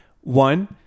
One